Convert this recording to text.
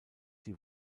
die